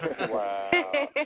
Wow